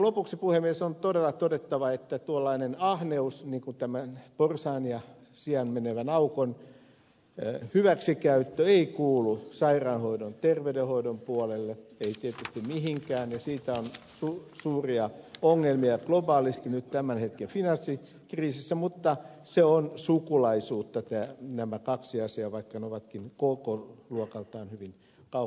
lopuksi puhemies on todella todettava että tuollainen ahneus niin kuin tämän porsaan ja sian mentävän aukon hyväksikäyttö ei kuulu sairaanhoidon ja terveydenhoidon puolelle ei tietysti mihinkään ja siitä on suuria ongelmia globaalisti nyt tämän hetken finanssikriisissä mutta niissä on sukulaisuutta näissä kahdessa asiassa vaikka ne ovatkin kokoluokaltaan hyvin kaukana toisistaan